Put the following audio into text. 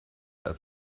als